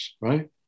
right